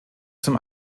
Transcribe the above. zum